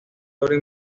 doctor